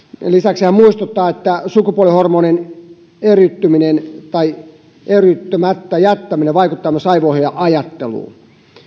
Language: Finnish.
lisäksi hän muistuttaa että sukupuolihormonin erittyminen tai erittymättä jättäminen vaikuttaa myös aivoihin ja ajatteluun